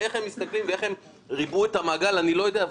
איך הם מסתכלים ואיך אם ריבעו את המעגל אני לא יודע,